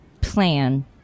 plan